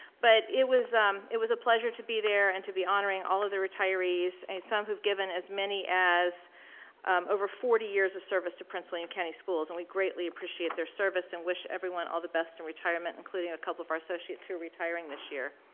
but it was it was a pleasure to be there and to be honoring all of the retirees, some who've given as many as over forty years of service to prince william county schools and we greatly appreciate their service and wish everyone all the best in retirement, including a couple of our associates who are retiring this year.